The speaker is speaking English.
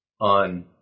on